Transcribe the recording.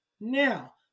Now